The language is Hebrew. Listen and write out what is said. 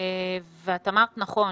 ואת אמרת נכון,